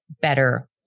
better